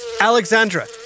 Alexandra